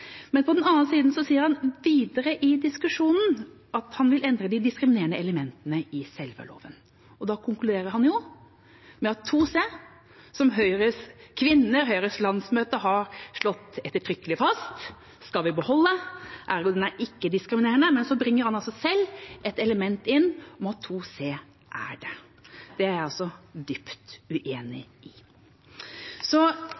men på den andre siden sier han videre i diskusjonen at han vil endre de diskriminerende elementene i selve loven. Da konkluderer han jo med at § 2 c, slik som Høyres kvinner, Høyres landsmøte har slått ettertrykkelig fast, skal vi beholde, ergo er den ikke diskriminerende, men så bringer han selv inn et element om at § 2 c er det. Det er jeg dypt uenig